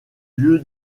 lieu